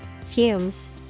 Fumes